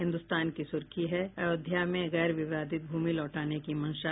हिन्दुस्तान की सुर्खी है अयोध्या में गैर विवादित भूमि लौटाने की मंशा